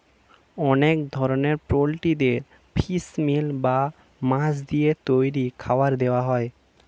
অনেক ধরনের পোল্ট্রিদের ফিশ মিল বা মাছ দিয়ে তৈরি খাবার দেওয়া হয়